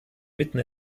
mitten